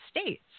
states